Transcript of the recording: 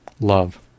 love